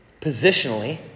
Positionally